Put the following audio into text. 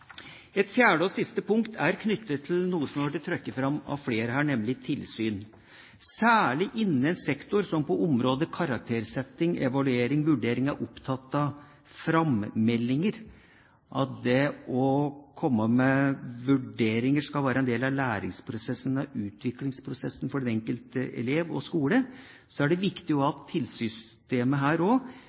Et fjerde og siste punkt er knyttet til noe som har blitt trukket fram av flere her, nemlig tilsyn – særlig innen en sektor som på området karaktersetting, evaluering og vurdering er opptatt av frammeldinger, at det å komme med vurderinger skal være en del av læringsprosessen og utviklingsprosessen for den enkelte elev og skole. Her er det viktig at tilsynssystemet – kommunalt, fylkeskommunalt og